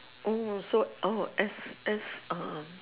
oh so oh S S err